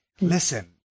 listen